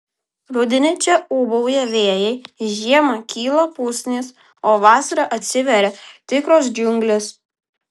rudenį čia ūbauja vėjai žiemą kyla pusnys o vasarą atsiveria tikros džiunglės